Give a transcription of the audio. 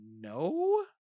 No